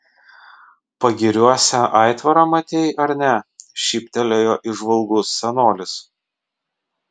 pagiriuose aitvarą matei ar ne šyptelėjo įžvalgus senolis